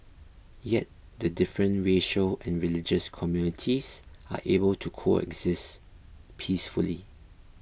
yet the different racial and religious communities are able to coexist peacefully